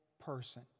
person